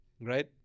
right